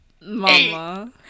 mama